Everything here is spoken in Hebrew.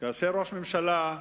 כאשר ראש ממשלה,